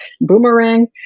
boomerang